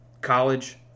College